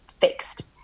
fixed